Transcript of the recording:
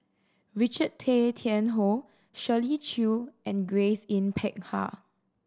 Richard Tay Tian Hoe Shirley Chew and Grace Yin Peck Ha